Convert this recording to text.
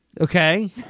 Okay